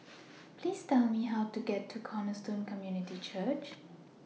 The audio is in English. Please Tell Me How to get to Cornerstone Community Church